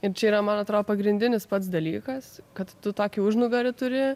ir čia yra man atrodo pagrindinis pats dalykas kad tu tokį užnugarį turi